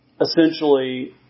essentially